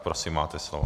Prosím, máte slovo.